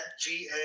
ga